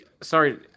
Sorry